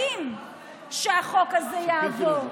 מחכים שהחוק הזה יעבור?